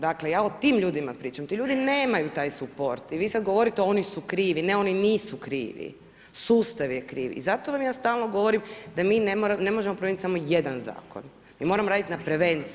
Dakle ja o tim ljudima pričam, ti ljudi nemaju taj suport i vi sad govorite oni su krivi, ne oni nisu krivi, sustav je kriv i zato vam ja stalno govorim da mi ne možemo promijenit samo jedan zakon, mi moramo radit na prevenciji.